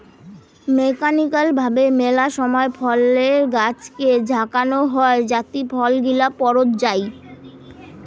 mechanical ভাবে মেলা সময় ফলের গাছকে ঝাঁকানো হই যাতি ফল গিলা পড়ত যাই